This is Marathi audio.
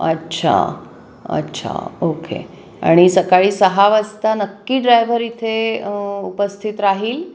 अच्छा अच्छा ओके आणि सकाळी सहा वाजता नक्की ड्रायव्हर इथे उपस्थित राहील